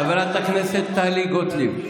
חברת הכנסת טלי גוטליב,